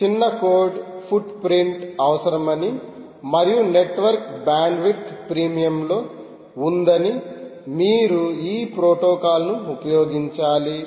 చిన్న code footprint అవసరమని మరియు నెట్వర్క్ బ్యాండ్విడ్త్ ప్రీమియంలో ఉందని మీరు ఈ ప్రోటోకాల్ను ఉపయోగించాలి